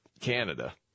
Canada